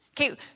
Okay